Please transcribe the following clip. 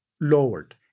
lowered